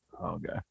okay